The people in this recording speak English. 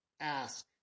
Ask